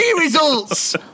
results